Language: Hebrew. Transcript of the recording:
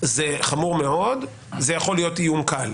זה חמור מאוד, וזה יכול להיות איום קל.